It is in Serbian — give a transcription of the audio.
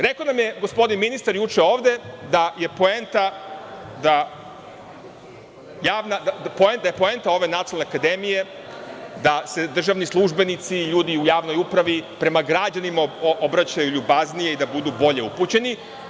Rekao nam je gospodin ministar juče da je poenta ove nacionalne akademije da se državni službenici, ljudi u javnoj upravi prema građanima obraćaju ljubaznije i da budu bolje upućeni.